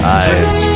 eyes